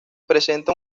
presenta